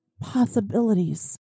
possibilities